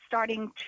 starting